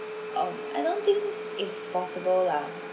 um I don't think it's possible lah